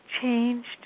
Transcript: changed